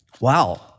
wow